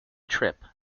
trip